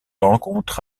rencontre